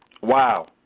Wow